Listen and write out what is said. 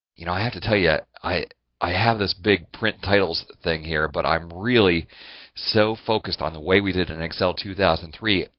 you know i have to tell you i i have this big print titles thing here. but i'm really so focused on the way we did in excel two thousand and three.